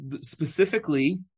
specifically